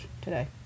today